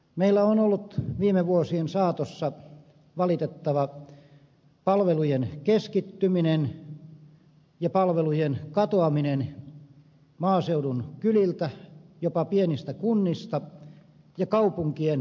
meillä on ollut viime vuosien saatossa valitettava palvelujen keskittyminen ja palvelujen katoaminen maaseudun kyliltä jopa pienistä kunnista ja kaupunkien lähiöistä